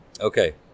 Okay